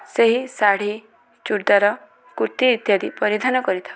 ସେହି ଶାଢ଼ୀ ଚୁଡ଼ଦାର କୁର୍ତୀ ଇତ୍ୟାଦି ପରିଧାନ କରିଥାଉ